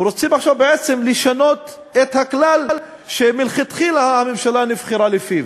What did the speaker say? רוצים עכשיו בעצם לשנות את הכלל שמלכתחילה הממשלה נבחרה לפיו.